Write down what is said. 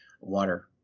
water